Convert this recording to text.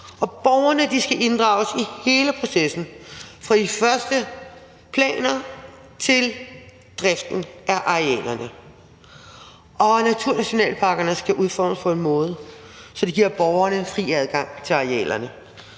Borgerne skal inddrages i hele processen, fra de første planer til driften af arealerne, og naturnationalparkerne skal udformes på en måde, så de giver borgerne fri adgang til arealerne.